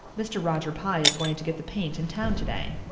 mr. roger pye is going to get the paint in town today.